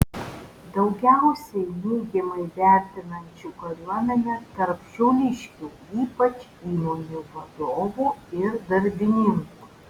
daugiausiai neigiamai vertinančių kariuomenę tarp šiauliškių ypač įmonių vadovų ir darbininkų